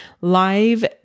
live